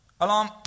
Alarm